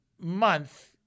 month